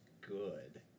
Good